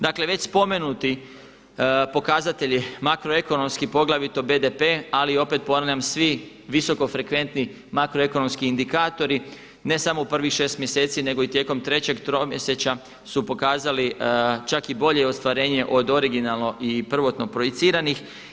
Dakle već spomenuti pokazatelji, makroekonomski poglavito BDP ali i opet ponavljam svi visoko frekventni makroekonomski indikatori, ne samo u prvih 6 mjeseci nego i tijekom trećeg tromjesečja su pokazali čak i bolje ostvarenje od originalno i prvotno projiciranih.